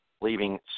leaving